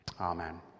Amen